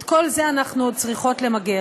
את כל זה אנחנו עוד צריכות למגר.